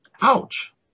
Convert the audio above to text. Ouch